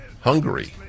Hungary